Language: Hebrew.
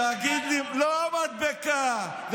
תגיד לי, שמו לו מדבקה על הראש.